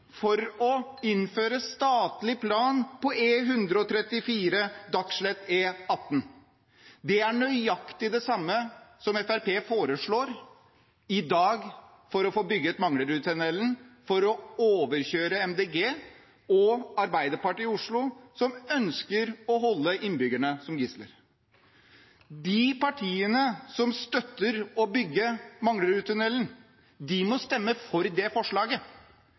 for å innføre statlig plan for E134 Dagslett–E18. Det er nøyaktig det samme som Fremskrittspartiet foreslår i dag for å få bygget Manglerudtunnelen, for å overkjøre Miljøpartiet De Grønne og Arbeiderpartiet i Oslo, som ønsker å holde innbyggerne som gisler. De partiene som støtter å bygge Manglerudtunnelen, må stemme for det forslaget.